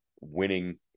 winning